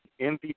MVP